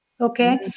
Okay